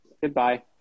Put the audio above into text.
Goodbye